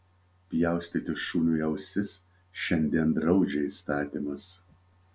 pjaustyti šuniui ausis šiandien draudžia įstatymas